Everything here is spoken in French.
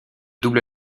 double